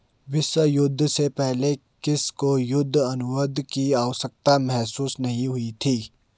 विश्व युद्ध से पहले किसी को युद्ध अनुबंध की आवश्यकता महसूस नहीं हुई थी